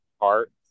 heart